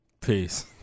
peace